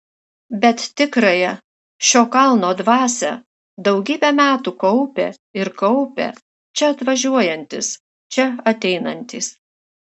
bet tikrąją šio kalno dvasią daugybę metų kaupė ir kaupia čia atvažiuojantys čia ateinantys